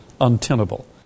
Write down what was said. untenable